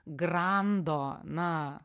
grando na